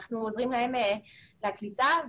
ואנחנו עוזרים בקליטה שלהם.